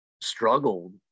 struggled